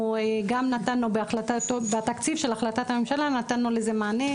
גם בתקציב של החלטת הממשלה נתנו לזה מענה,